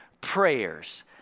prayers